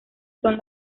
son